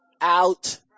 out